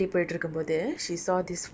and it was super fun because my mother